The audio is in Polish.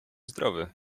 zdrowy